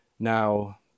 Now